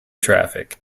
traffic